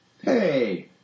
Hey